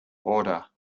order